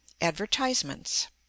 advertisements